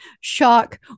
shock